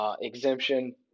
exemption